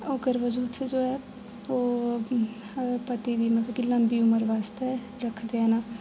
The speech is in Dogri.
करवाचौथ जो ऐ ओह् पति दी मतलब की लम्बी उमर बास्तै रखदे न